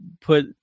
put